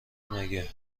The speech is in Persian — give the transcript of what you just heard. مگه